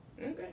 Okay